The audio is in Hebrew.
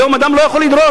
היום אדם לא יכול לדרוש,